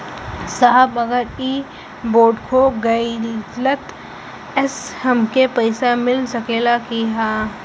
साहब अगर इ बोडखो गईलतऽ हमके पैसा मिल सकेला की ना?